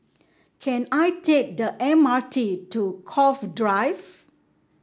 can I take the M R T to Cove Drive